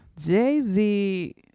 jay-z